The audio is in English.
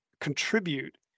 contribute